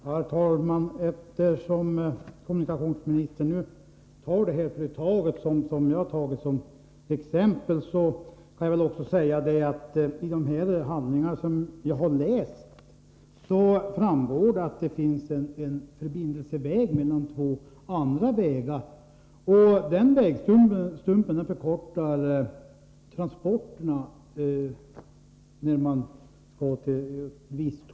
Herr talman! Eftersom kommunikationsministern uppehöll sig vid det företag jag anfört som exempel kan jag väl säga att det av de handlingar som jag läst framgår att här finns en förbindelseled mellan två vägar. Om man väljer den vägstumpen förkortas transporterna till en viss plats.